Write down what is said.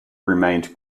remained